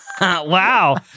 Wow